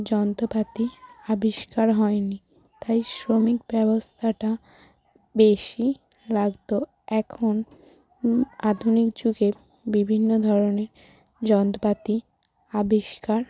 যন্ত্রপাতি আবিষ্কার হয়নি তাই শ্রমিক ব্যবস্থাটা বেশি লাগত এখন আধুনিক যুগের বিভিন্ন ধরনের যন্ত্রপাতি আবিষ্কার